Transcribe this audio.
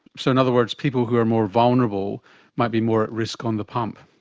so in other words, people who are more vulnerable might be more risk on the pump.